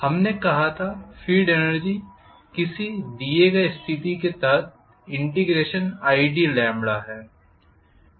हमने कहा था फील्ड एनर्जी किसी दिए गए स्थिति के तहत id है